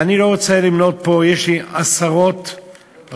ואני לא רוצה למנות פה, יש לי עשרות רבות.